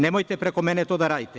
Nemojte preko mene to da radite.